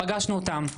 פגשנו אותם.